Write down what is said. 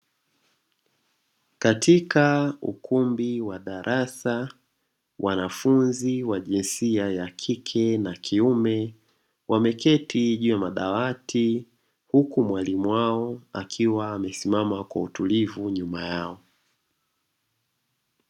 Katika ukumbi wa darasa, wanafunzi wa jinsia ya kike na kiume wameketi juu ya madawati huku mwalimu wao akiwa amesimama kwa utulivu nyuma yao.